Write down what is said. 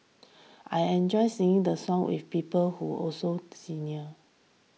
I enjoy singing the songs with people who also senior